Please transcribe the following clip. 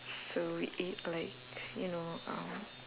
so eat like you know uh